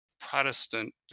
protestant